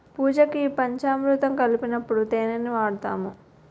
పూజకి పంచామురుతం కలిపినప్పుడు తేనిని వాడుతాము